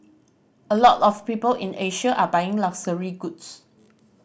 a lot of people in Asia are buying luxury goods